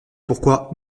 pourquoi